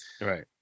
right